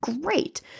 Great